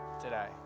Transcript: today